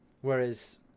whereas